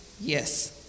Yes